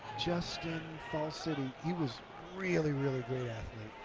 justin, falls city, he was really, really good athlete.